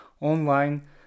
online